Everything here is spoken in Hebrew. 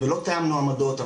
ולא תיאמנו עמדות,